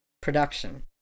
production